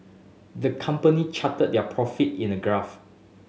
the company charted their profit in a graph